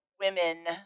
women